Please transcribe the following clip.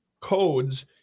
codes